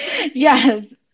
Yes